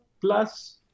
plus